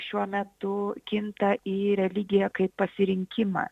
šiuo metu kinta į religiją kaip pasirinkimą